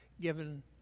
given